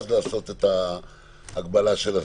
אז לעשות את ההגבלה של הזמן.